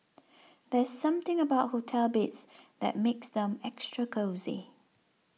there's something about hotel beds that makes them extra cosy